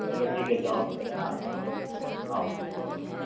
चलो ठीक है जाओ फिर है न आओ